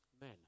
men